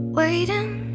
waiting